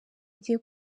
agiye